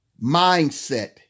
mindset